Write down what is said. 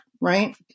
right